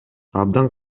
абдан